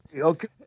okay